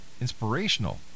Inspirational